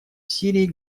сирии